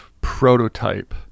prototype